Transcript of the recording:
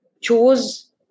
chose